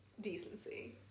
decency